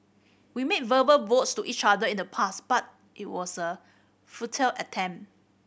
we made verbal vows to each other in the past but it was a futile attempt